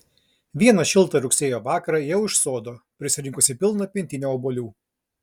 vieną šiltą rugsėjo vakarą ėjau iš sodo prisirinkusi pilną pintinę obuolių